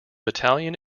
battalion